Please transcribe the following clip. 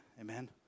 Amen